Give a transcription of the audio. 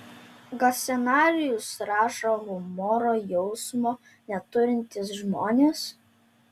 gal scenarijus rašo humoro jausmo neturintys žmonės